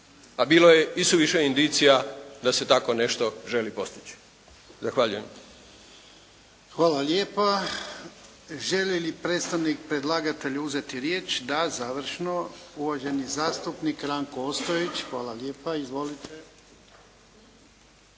A bilo je isuviše indicija da se tako nešto želi postići. Zahvaljujem. **Jarnjak, Ivan (HDZ)** Hvala lijepa. Želi li predstavnik predlagatelja uzeti riječ? Da, završno. Uvaženi zastupnik Ranko Ostojić. Hvala lijepa. Izvolite.